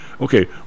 okay